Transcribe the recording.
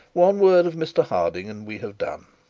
one word of mr harding, and we have done.